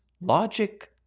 logic